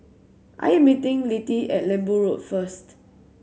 I am meeting Littie at Lembu Road first